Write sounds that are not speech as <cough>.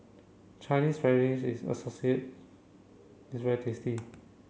Chinese Spinach is <unintelligible> is very tasty